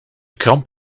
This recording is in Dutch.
kramp